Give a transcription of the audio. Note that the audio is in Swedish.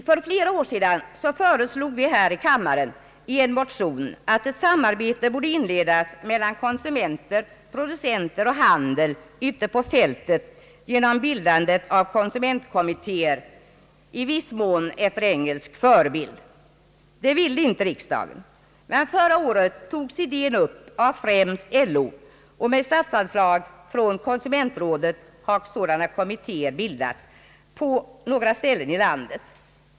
För flera år sedan föreslog vi här i kammaren i en motion att ett samarbete borde inledas mellan konsumenter, producenter och handel ute på fältet genom bildandet av konsumenikommittéer, i viss mån efter engelsk förebild. Det ville inte riksdagen. Men förra året togs idén upp av främst LO, och med statsanslag från konsumentrådet har sådana kommittéer bildats på några ställen i landet.